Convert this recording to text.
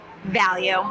Value